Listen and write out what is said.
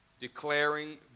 Declaring